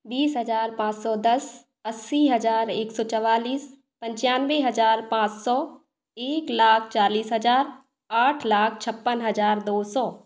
बीस हज़ार पाँच सौ दस अस्सी हज़ार एक सौ चवालिस पंचानवे हज़ार पाँच सौ एक लाख चालीस हज़ार आठ लाख छप्पन हज़ार दो सौ